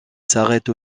s’arrête